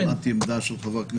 שמעתי עמדה של חבר הכנסת רוטמן,